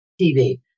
TV